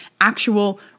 actual